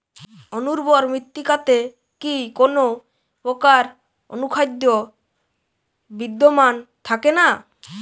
অনুর্বর মৃত্তিকাতে কি কোনো প্রকার অনুখাদ্য বিদ্যমান থাকে না?